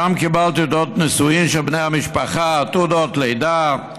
ושם קיבלתי תעודות נישואין של בני המשפחה ותעודות לידה.